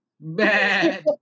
Bad